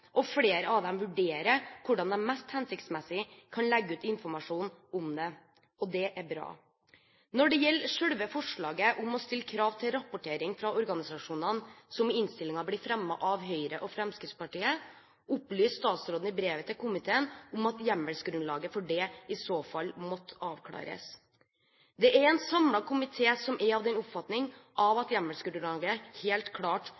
og at flere av dem vurderer hvordan de mest hensiktsmessig kan legge ut informasjon om dette.» Det er bra. Når det gjelder selve forslaget om å stille krav til rapportering fra organisasjonene, som i innstillingen blir fremmet av Høyre og Fremskrittspartiet, opplyser statsråden i brevet til komiteen at hjemmelsgrunnlaget for det i så fall må avklares. Det er en samlet komité som er av den oppfatning at hjemmelsgrunnlaget helt klart